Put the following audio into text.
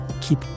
keep